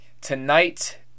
Tonight